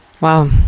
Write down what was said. Wow